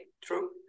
true